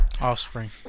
Offspring